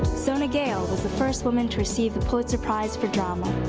zona gale was the first woman to receive the pulitzer prize for drama.